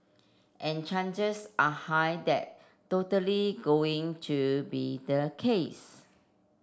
and changes are high that totally going to be the case